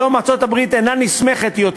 היום ארצות-הברית אינה נסמכת עוד